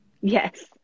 Yes